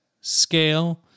scale